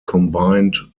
combined